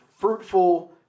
Fruitful